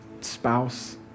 spouse